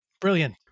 Brilliant